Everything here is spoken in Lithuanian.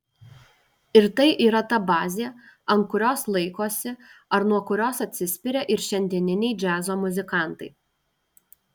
ir tai yra ta bazė ant kurios laikosi ar nuo kurios atsispiria ir šiandieniniai džiazo muzikantai